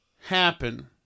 happen